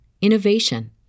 innovation